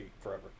forever